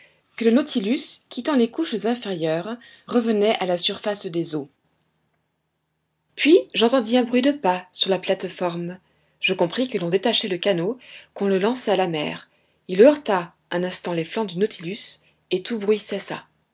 que le nautilus quittant les couches inférieures revenait à la surface des eaux puis j'entendis un bruit de pas sur la plate-forme je compris que l'on détachait le canot qu'on le lançait à la mer il heurta un instant les flancs du nautilus et tout bruit cessa